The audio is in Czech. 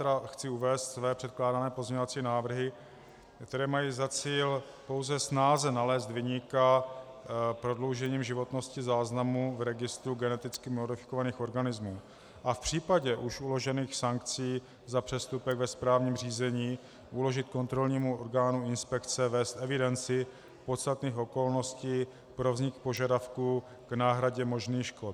Já tedy chci uvést své předkládané pozměňovací návrhy, které mají za cíl pouze snáze nalézt viníka prodloužením životnosti záznamu v registru geneticky modifikovaných organismů a v případě už uložených sankcí za přestupek ve správním řízení uložit kontrolnímu orgánu inspekce vést evidenci podstatných okolností pro vznik požadavku k náhradě možných škod.